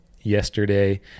yesterday